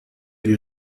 die